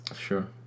Sure